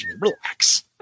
relax